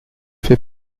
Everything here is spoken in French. fait